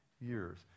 years